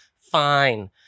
fine